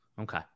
Okay